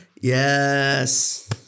Yes